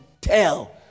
tell